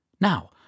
Now